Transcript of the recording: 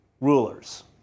rulers